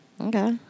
Okay